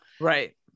Right